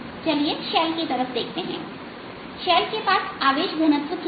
चलिए शैल की तरफ देखते है कि शैल के पास आवेश घनत्व क्या है